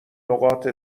نقاط